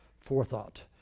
forethought